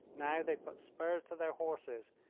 now they put spurs to their horses,